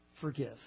forgive